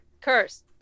curse